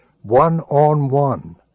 one-on-one